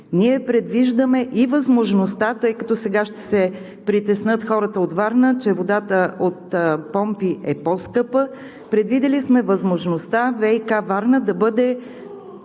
Ние предвиждаме и възможността, тъй като сега ще се притеснят хората от Варна, че водата от помпи е по-скъпа, предвидили сме възможността ВиК – Варна да бъде